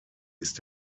ist